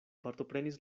partoprenis